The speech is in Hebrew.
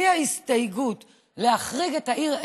מציע הסתייגות להחריג את העיר אילת,